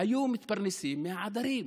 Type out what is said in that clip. היו מתפרנסים מהעדרים,